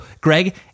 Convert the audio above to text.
Greg